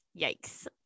yikes